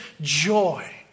joy